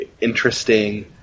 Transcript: interesting